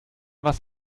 was